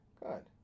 Good